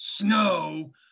snow